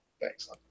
Thanks